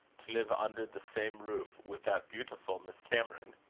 to live under the same roof with that beautiful miss cameron.